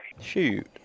shoot